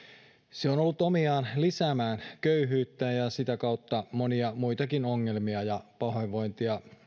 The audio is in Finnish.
se on ollut omiaan lisäämään köyhyyttä ja sitä kautta monia muitakin ongelmia ja pahoinvointia